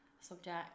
subject